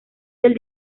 del